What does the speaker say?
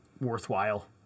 worthwhile